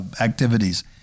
activities